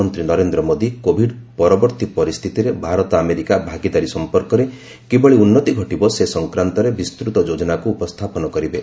ପ୍ରଧାନମନ୍ତ୍ରୀ ନରେନ୍ଦ୍ର ମୋଦୀ କୋଭିଡ୍ ପରବର୍ତ୍ତୀ ପରିସ୍ଥିତିରେ ଭାରତ ଆମେରିକା ଭାଗିଦାରୀ ସମ୍ପର୍କରେ କିଭଳି ଉନ୍ନତି ଘଟିବ ସେ ସଂକ୍ରାନ୍ତରେ ବିସ୍ତୃତ ଯୋଜନାକୁ ଉପସ୍ଥାପନ କରିବେ